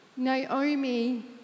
Naomi